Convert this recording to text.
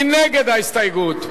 מי נגד ההסתייגות?